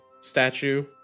statue